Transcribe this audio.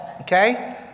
okay